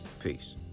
Peace